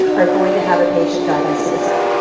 are going to have a patient die by suicide.